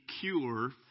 cure